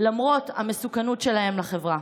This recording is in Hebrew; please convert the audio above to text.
למרות המסוכנות שלהם לחברה?